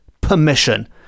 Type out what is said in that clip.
permission